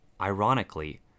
Ironically